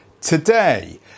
today